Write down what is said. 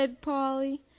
Polly